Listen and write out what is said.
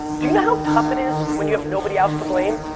do you know how tough it is when you have nobody else to blame?